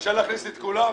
אפשר להכניס את כולם?